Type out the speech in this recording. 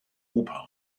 oper